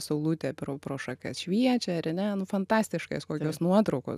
saulutė pro pro šakas šviečia ar ne nu fantastiškas kokios nuotraukos